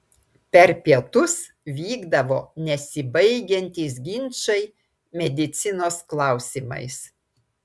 per pietus vykdavo nesibaigiantys ginčai medicinos klausimais